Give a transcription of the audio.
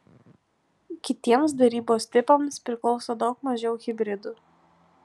kitiems darybos tipams priklauso daug mažiau hibridų